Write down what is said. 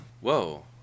Whoa